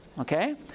okay